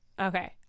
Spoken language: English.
Okay